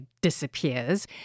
disappears